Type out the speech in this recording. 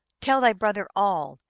tell thy brother all,